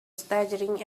staggering